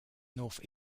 north